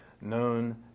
known